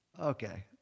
Okay